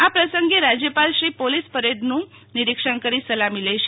આ પ્રસંગે રાજ્યપાલશ્રી પોલીસ પરેડનું નિરિક્ષણ કરી સલામી લેશે